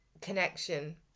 connection